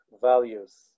values